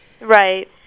Right